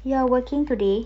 you are working today